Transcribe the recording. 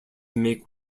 make